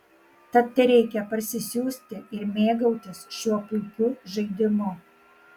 tad tereikia parsisiųsti ir mėgautis šiuo puikiu žaidimu